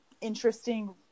interesting